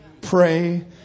pray